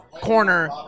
corner